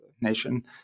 nation